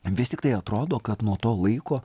vis tiktai atrodo kad nuo to laiko